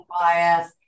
bias